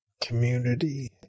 community